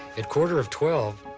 at quarter of twelve,